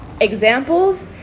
examples